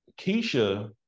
Keisha